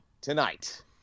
tonight